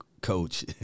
coach